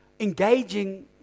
Engaging